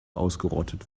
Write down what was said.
ausgerottet